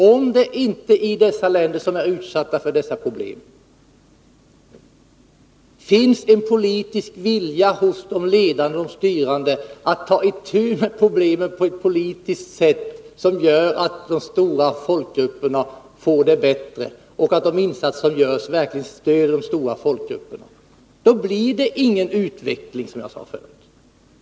Om det inte i de länder som är utsatta för dessa problem finns en politisk vilja hos de ledande och styrande att ta itu med problemen på ett politiskt sätt, som gör att de stora folkgrupperna får det bättre och att de insatser som görs verkligen stöder folkgrupperna, blir det ingen utveckling.